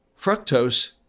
fructose